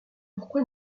pourquoi